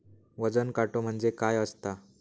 वजन काटो म्हणजे काय असता?